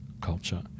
culture